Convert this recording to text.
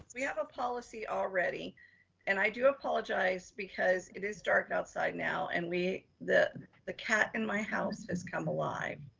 we have a policy already and i do apologize because it is dark outside now. and we the the cat in my house has come alive.